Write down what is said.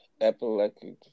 epileptic